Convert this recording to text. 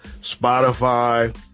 Spotify